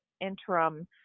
interim